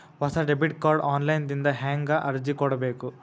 ಹೊಸ debit card online ದಿಂದ ಹೇಂಗ ಅರ್ಜಿ ಕೊಡಬೇಕು?